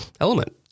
element